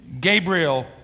Gabriel